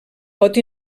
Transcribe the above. pot